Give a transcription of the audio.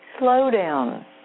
slowdown